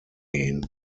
gehen